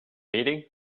eating